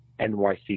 NYC